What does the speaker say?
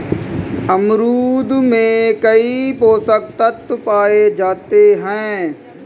अमरूद में कई पोषक तत्व पाए जाते हैं